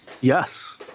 Yes